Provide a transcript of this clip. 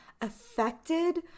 affected